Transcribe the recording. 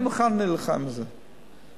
אני מוכן להילחם על זה,